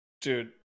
Dude